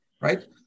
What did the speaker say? right